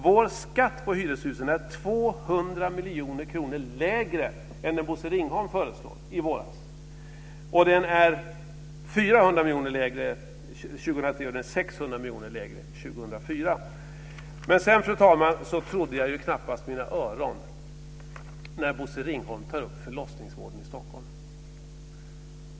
Vår skatt på hyreshusen är 200 miljoner kronor lägre än den Bosse Ringholm föreslog i våras, och den är 400 miljoner kronor lägre för 2003 och Fru talman! Jag trodde knappast mina öron när Bosse Ringholm tog upp frågan om förlossningsvården i Stockholm.